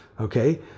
okay